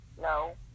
No